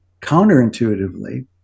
counterintuitively